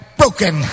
broken